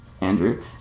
Andrew